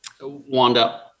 Wanda